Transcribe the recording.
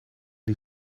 die